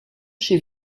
chez